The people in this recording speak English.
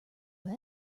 who